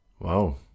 wow